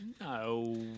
No